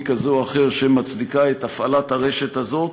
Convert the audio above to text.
כזה או אחר שמצדיקה את הפעלת הרשת הזאת,